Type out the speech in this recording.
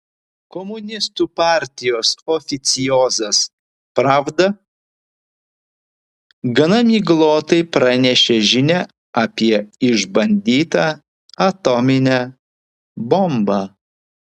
komunistų partijos oficiozas pravda gana miglotai pranešė žinią apie išbandytą atominę bombą